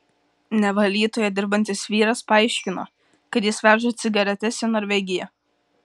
neva alytuje dirbantis vyras paaiškino kad jis veža cigaretes į norvegiją